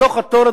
בתוך התור,